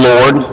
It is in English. Lord